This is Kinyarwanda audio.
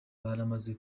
baramaze